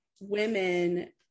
women